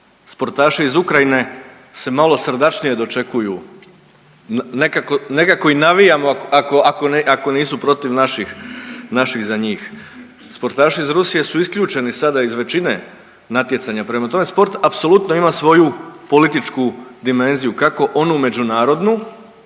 Sportaši iz Ukrajine se malo srdačnije dočekuju, nekako i navijamo ako nisu protiv naših za njih. Sportaši iz Rusije su isključeni sada iz većine natjecanja, prema tome sport apsolutno ima svoju političku dimenziju kako onu međunarodnu